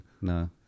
no